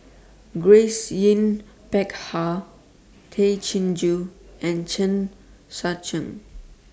Grace Yin Peck Ha Tay Chin Joo and Chen Sucheng